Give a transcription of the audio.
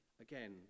Again